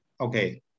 Okay